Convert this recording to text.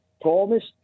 promised